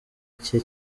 cye